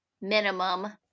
minimum